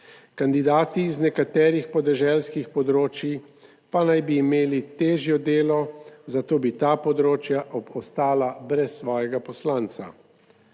kandidati iz nekaterih podeželskih področij pa naj bi imeli težje delo, zato bi ta področja ostala brez svojega poslanca.